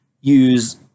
use